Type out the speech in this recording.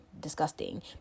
disgusting